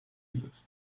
list